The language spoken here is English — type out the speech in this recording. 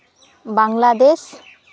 Bangladesh